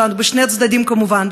בשני הצדדים כמובן.